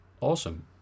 Awesome